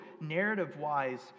narrative-wise